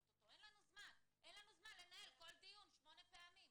אותו אין לנו זמן למחזר כל דיון שמונה פעמים.